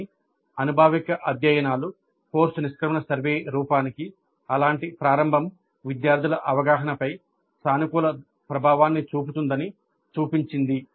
కానీ అనుభావిక అధ్యయనాలు కోర్సు నిష్క్రమణ సర్వే రూపానికి అలాంటి ప్రారంభం విద్యార్థుల అవగాహనపై సానుకూల ప్రభావాన్ని చూపుతుందని చూపించింది